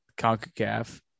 CONCACAF